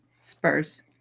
Spurs